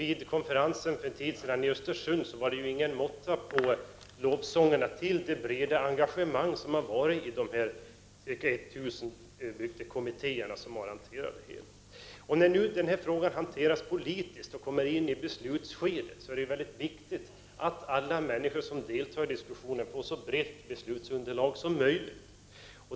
Vid en konferens för en tid sedan i Östersund var det ingen måtta på lovsången till det breda engagemanget i de ca 1.000 bygdekommittéer som hanterat frågan. När nu detta ärende hanteras politiskt och kommer in i sitt beslutsskede, är det viktigt att alla människor som deltar i diskussionen får ett så brett beslutsunderlag som möjligt.